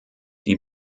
die